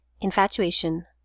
infatuation